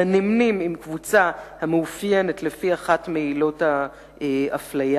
לנמנים עם קבוצה המאופיינת לפי אחת מעילות ההפליה,